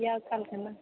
आयब काल्हिखना